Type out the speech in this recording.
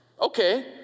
Okay